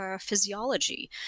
physiology